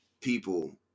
people